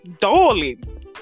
Darling